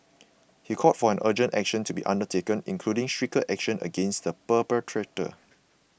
he called for an urgent action to be undertaken including stricter action against the perpetrators